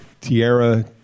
Tierra